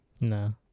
no